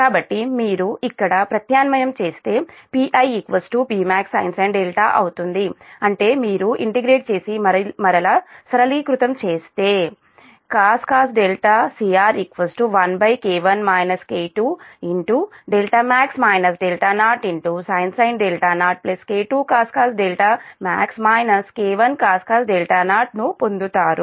కాబట్టి మీరు ఇక్కడ ప్రత్యామ్నాయం చేస్తే Pi Pmaxsin అవుతుంది అంటే మీరు ఇంటిగ్రేట్ చేసి మరియు సరళీకృతం చేస్తే cos cr 1K1 K2 max 0sin 0 K2cos max K1cos 0 ను పొందుతారు